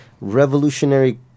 revolutionary